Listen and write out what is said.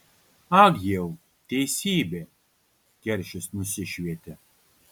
ag jau teisybė keršis nusišvietė